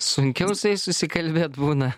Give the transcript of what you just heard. sunkiau su jais susikalbėt būna